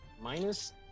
minus